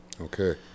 Okay